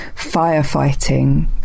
firefighting